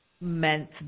meant